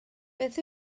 beth